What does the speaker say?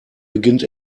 beginnt